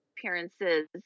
Appearances